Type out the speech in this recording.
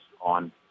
on